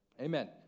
Amen